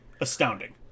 Astounding